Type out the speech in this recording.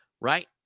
right